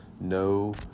no